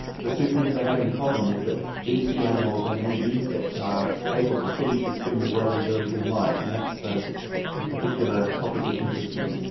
the two things they have in common is that deep sea animals and any insects are able to see extremely well in very dim light and that's the the particular topic which interests me.